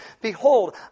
Behold